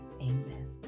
Amen